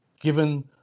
given